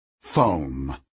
Foam